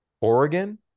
Oregon